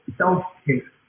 self-care